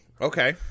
Okay